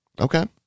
Okay